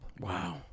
Wow